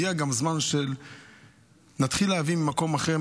הגיע הזמן שנתחיל להביא ממקום אחר,